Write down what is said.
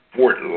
Fort